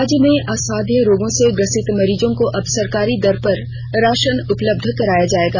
राज्य में असाध्य रोगों से ग्रसित मरीजों को अब सरकारी दर पर राशन उपलब्ध कराया जायेगा